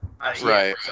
right